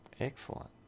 Excellent